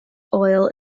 oil